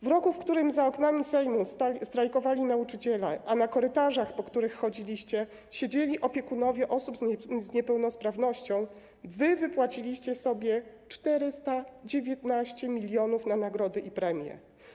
W roku, w którym za oknami Sejmu strajkowali nauczyciele, a na korytarzach, po których chodziliście, siedzieli opiekunowie osób z niepełnosprawnością, wypłaciliście sobie 419 mln na nagrody i premie.